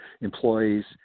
employees